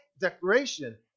declaration